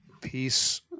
Peace